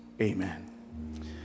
amen